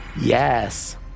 Yes